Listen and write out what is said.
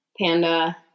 Panda